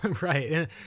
right